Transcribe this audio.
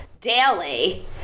daily